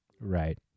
Right